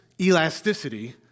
elasticity